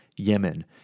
Yemen